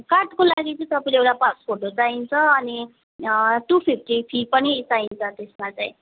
कार्डको लागि चाहिँ तपाईँले एउटा पास फोटो चाहिन्छ अनि टू फिप्टी फी पनि चाहिन्छ त्यसमा चाहिँ